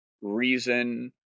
reason